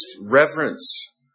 reverence